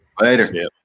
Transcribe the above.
Later